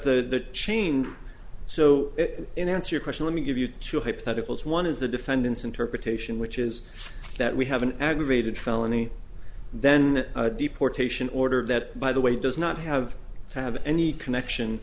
the chain so in answer your question let me give you two hypotheticals one is the defendant's interpretation which is that we have an aggravated felony then a deportation order that by the way does not have to have any connection